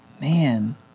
Man